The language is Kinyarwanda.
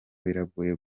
biragoye